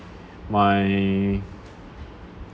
my